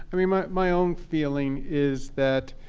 i mean my my own feeling is that